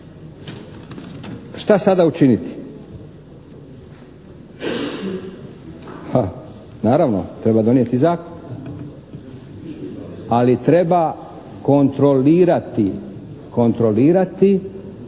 Šta sada učiniti? Naravno, treba donijeti zakon, ali treba kontrolirati ili